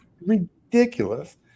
ridiculous